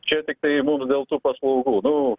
čia tiktai mums dėl tų paslaugų nu